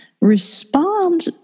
respond